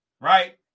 right